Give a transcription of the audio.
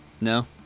No